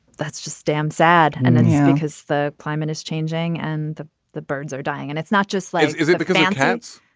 that's just damn sad and and yeah because the climate is changing and the the birds are dying and it's not just life is it because of hands.